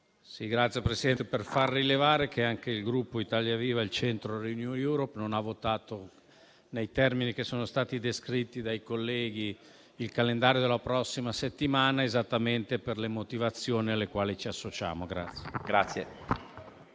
Signor Presidente, vorrei far rilevare che anche il Gruppo Italia Viva-Il Centro-Renew Europe non ha votato nei termini che sono stati descritti dai colleghi il calendario della prossima settimana, esattamente per le motivazioni alle quali ci associamo.